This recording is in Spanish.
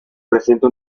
presenta